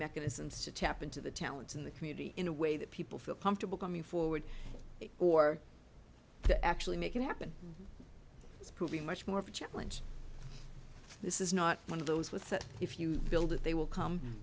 mechanisms to tap into the talents in the community in a way that people feel comfortable coming forward or to actually make it happen it's probably much more of a challenge this is not one of those with that if you build it they will come